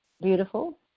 beautiful